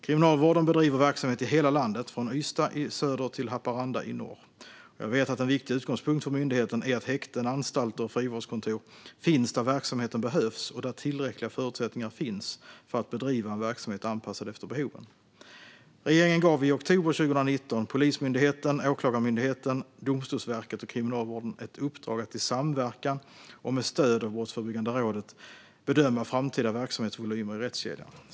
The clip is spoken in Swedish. Kriminalvården bedriver verksamhet i hela landet, från Ystad i söder till Haparanda i norr. Jag vet att en viktig utgångpunkt för myndigheten är att häkten, anstalter och frivårdskontor finns där verksamheten behövs och där tillräckliga förutsättningar finns för att bedriva en verksamhet anpassad efter behoven. Regeringen gav i oktober 2019 Polismyndigheten, Åklagarmyndigheten, Domstolsverket och Kriminalvården i uppdrag att i samverkan och med stöd av Brottsförebyggande rådet bedöma framtida verksamhetsvolymer i rättskedjan.